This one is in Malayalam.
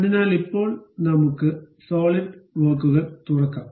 അതിനാൽ ഇപ്പോൾ നമുക്ക് സോളിഡ് വർക്കുകൾ തുറക്കാം